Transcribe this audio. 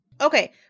Okay